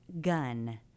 gun